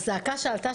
שהזעקה שעלתה,